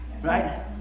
right